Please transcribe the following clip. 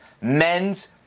Men's